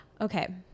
Okay